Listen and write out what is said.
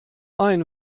ein